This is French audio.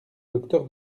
docteur